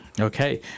okay